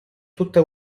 tutta